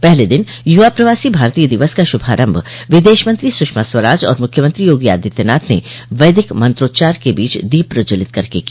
पहले दिन युवा प्रवासी भारतीय दिवस का श्रभारम्भ विदेशमंत्री सुषमा स्वराज और मुख्यमंत्री योगी आदित्यनाथ ने वैदिक मंत्रोच्चार के बीच दीप प्रज्ज्वलित करके किया